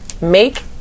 make